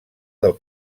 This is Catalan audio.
del